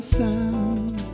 sound